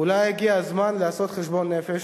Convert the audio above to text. אולי הגיע הזמן לעשות חשבון נפש?